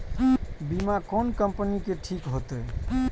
बीमा कोन कम्पनी के ठीक होते?